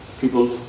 People